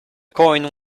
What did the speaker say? coin